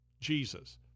Jesus